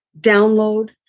download